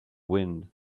wind